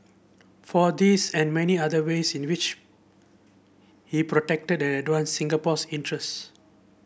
for this and many other ways in which he protected advanced Singapore's interest